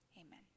Amen